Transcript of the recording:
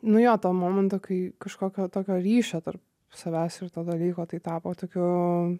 nu jo to momento kai kažkokio tokio ryšio tarp savęs ir tada vyko tai tapo tokiu